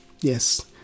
Yes